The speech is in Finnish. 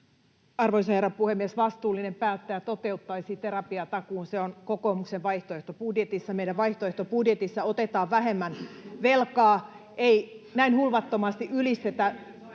Arvoisa herra puhemies! Vastuullinen päättäjä toteuttaisi terapiatakuun. Se on kokoomuksen vaihtoehtobudjetissa. Meidän vaihtoehtobudjetissa otetaan vähemmän velkaa [Matias Mäkysen